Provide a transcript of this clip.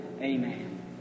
Amen